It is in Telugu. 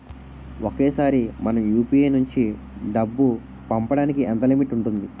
ఒకేసారి మనం యు.పి.ఐ నుంచి డబ్బు పంపడానికి ఎంత లిమిట్ ఉంటుంది?